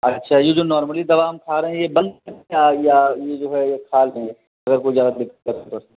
अच्छा यह जो नॉर्मली दवा हम खा रहे हैं यह बंद कर दे या या यह जो है खा ले अगर कोई ज्यादा दिक्कत हो तो